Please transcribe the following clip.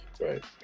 right